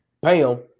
Bam